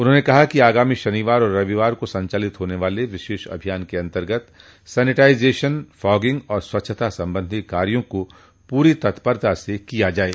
उन्होंने कहा कि आगामी शनिवार और रविवार को संचालित होने वाले विशेष अभियान के अन्तर्गत सैनिटाइजेशन फांगिंग और स्वच्छता संबंधी कार्यो को पूरी तत्परता से किया जाये